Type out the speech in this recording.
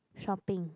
shopping